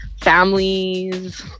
families